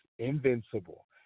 Invincible